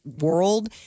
world